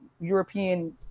European